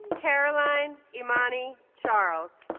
caroline imani charles